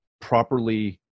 properly